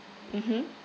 mmhmm